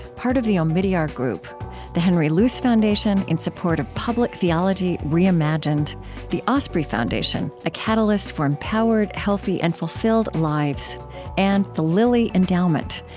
part of the omidyar group the henry luce foundation, in support of public theology reimagined the osprey foundation a catalyst for empowered, healthy, and fulfilled lives and the lilly endowment,